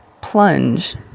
Plunge